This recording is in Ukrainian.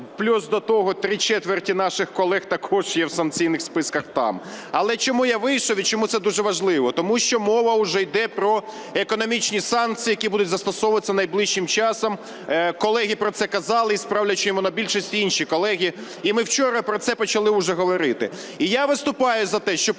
Плюс до того, три чверті наших колег також є в санкційних списках там. Але чому я вийшов і чому це дуже важливо? Тому що мова уже йде про економічні санкції, які будуть застосовуватися найближчим часом, колеги про це казали і з правлячої монобільшості, і інші колеги, і ми вчора про це почали уже говорити. І я виступаю за те, щоб